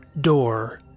door